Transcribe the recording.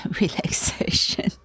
relaxation